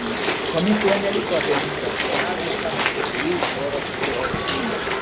komisija neliko abejinga jaunatviškam ktu choro pasirodymui